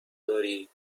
داری